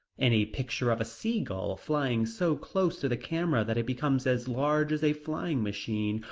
any picture of a seagull flying so close to the camera that it becomes as large as a flying machine,